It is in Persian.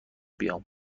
بیام